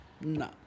No